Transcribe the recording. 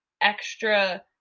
extra